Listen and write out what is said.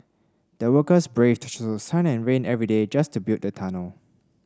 the workers braved through sun and rain every day just to build the tunnel